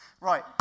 Right